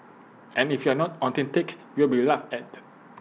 and if you are not authentic you will be laughed at